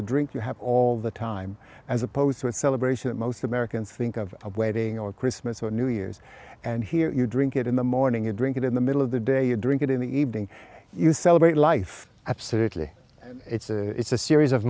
a drink you have all the time as opposed to a celebration that most americans think of a wedding or christmas or new year's and here you drink it in the morning you drink it in the middle of the day you drink it in the evening you celebrate life absolutely it's a series of